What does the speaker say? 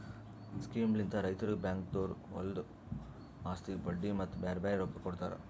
ಸ್ಕೀಮ್ಲಿಂತ್ ರೈತುರಿಗ್ ಬ್ಯಾಂಕ್ದೊರು ಹೊಲದು ಆಸ್ತಿಗ್ ಬಡ್ಡಿ ಮತ್ತ ಬ್ಯಾರೆ ಬ್ಯಾರೆ ರೊಕ್ಕಾ ಕೊಡ್ತಾರ್